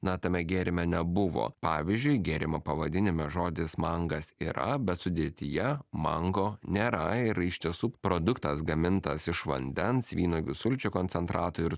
na tame gėrime nebuvo pavyzdžiui gėrimo pavadinime žodis mangas yra bet sudėtyje mango nėra ir iš tiesų produktas gamintas iš vandens vynuogių sulčių koncentrato ir